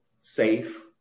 safe